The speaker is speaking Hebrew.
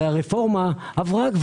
הרי הרפורמה עברה.